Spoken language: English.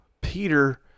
Peter